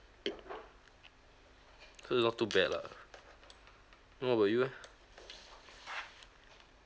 so not too bad lah what about you leh